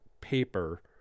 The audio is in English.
paper